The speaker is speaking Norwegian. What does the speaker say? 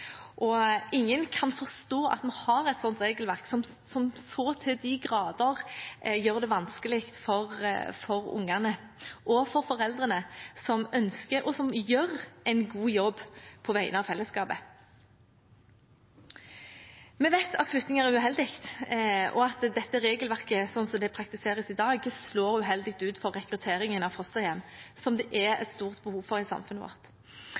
Ingen kan forstå at vi har et regelverk som til de grader gjør det vanskelig for ungene og for foreldrene – som ønsker å gjøre, og som gjør, en god jobb på vegne av fellesskapet. Vi vet at flyttinger er uheldig, og at dette regelverket, slik det praktiseres i dag, slår uheldig ut for rekrutteringen av fosterhjem, som det er et stort behov for i samfunnet vårt.